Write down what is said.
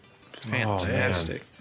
Fantastic